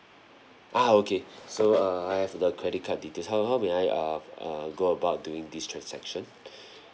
ah okay so err I have the credit card details how how may I err uh go about doing this transaction